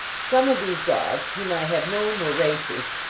some of these dogs whom i have known were racers,